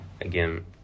Again